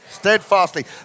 Steadfastly